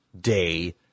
day